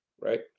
right